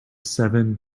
seven